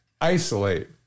isolate